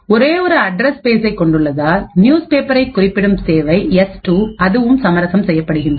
ஒரே ஒரு அட்ரஸ் ஸ்பேஸ்சை கொண்டுள்ளதால் நியூஸ் பேப்பரை குறிப்பிடும் சேவை எஸ் அதுவும் சமரசம் செய்யப்படுகிறது